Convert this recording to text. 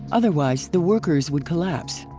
otherwise, the workers would collapse!